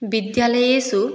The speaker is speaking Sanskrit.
विद्यालयेषु